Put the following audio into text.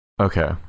Okay